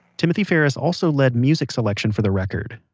timothy ferris also led music selection for the record.